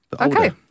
Okay